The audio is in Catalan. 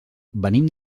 venim